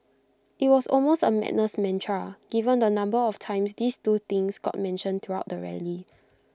IT was almost A madness mantra given the number of times these two things got mentioned throughout the rally